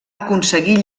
aconseguir